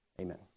Amen